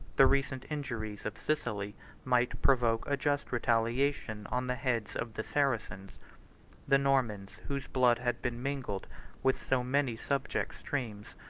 the recent injuries of sicily might provoke a just retaliation on the heads of the saracens the normans, whose blood had been mingled with so many subject streams,